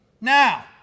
Now